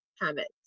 habits